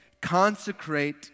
Consecrate